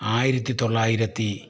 ആയിരത്തി തൊള്ളായിരത്തി